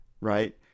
right